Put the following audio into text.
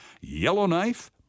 Yellowknife